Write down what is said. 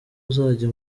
uzajya